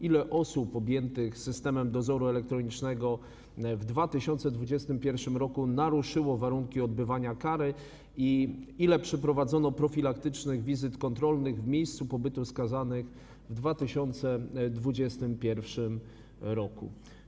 Ile osób objętych systemem dozoru elektronicznego w 2021 r. naruszyło warunki odbywania kary i ile przeprowadzono profilaktycznych wizyt kontrolnych w miejscu pobytu skazanych w 2021 r.